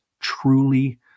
truly